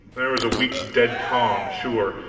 there was a week's dead calm, sure,